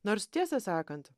nors tiesą sakant